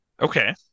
Okay